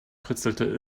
kritzelte